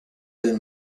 del